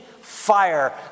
fire